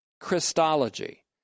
Christology